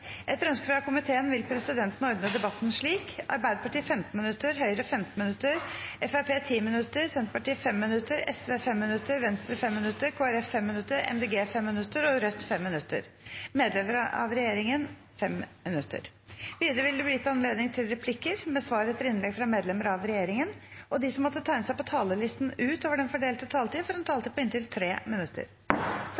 vil presidenten ordne debatten slik: Arbeiderpartiet 15 minutter, Høyre 15 minutter, Fremskrittspartiet 10 minutter, Senterpartiet 5 minutter, Sosialistisk Venstreparti 5 minutter, Venstre 5 minutter, Kristelig Folkeparti 5 minutter, Miljøpartiet De Grønne 5 minutter, Rødt 5 minutter og medlemmer av regjeringen 5 minutter. Videre vil det bli gitt anledning til replikker med svar etter innlegg fra medlemmer av regjeringen, og de som måtte tegne seg på talerlisten utover den fordelte taletid, får en taletid på inntil 3 minutter. La meg starte med å takke for